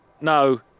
No